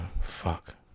fuck